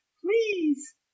please